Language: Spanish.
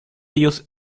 ellos